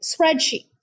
spreadsheet